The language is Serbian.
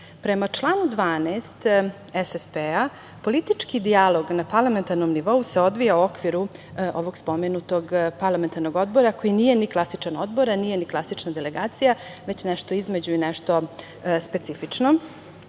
članu 12. SSP-a politički dijalog na parlamentarnom nivou se odvij u okviru ovog spomenutog parlamentarnog odbora, koji nije ni klasičan odbor, a nije ni klasična delegacija, već nešto između i nešto specifično.